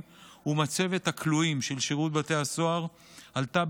הקמת המדינה הייתה